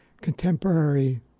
Contemporary